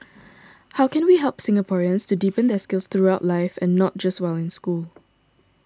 how can we help Singaporeans to deepen their skills throughout life and not just while in school